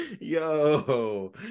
Yo